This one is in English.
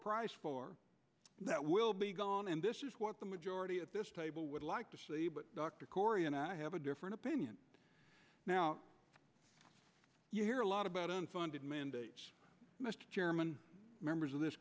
price for that will be gone and this is what the majority at this table would like to see but dr corey and i have a different opinion now you hear a lot about unfunded mandate mr chairman members of this